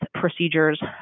procedures